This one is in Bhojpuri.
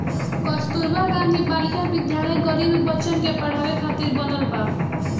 कस्तूरबा गांधी बालिका विद्यालय गरीब बच्चन के पढ़ावे खातिर बनल बा